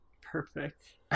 Perfect